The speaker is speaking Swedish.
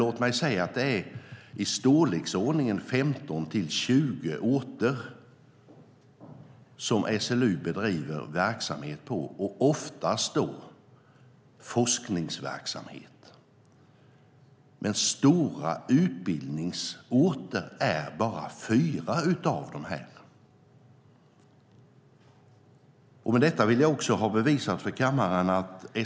SLU bedriver verksamhet på i storleksordningen 15-20 orter, oftast forskningsverksamhet. Endast fyra av dem är stora utbildningsorter.